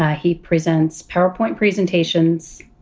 ah he presents powerpoint presentations.